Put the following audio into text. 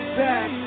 back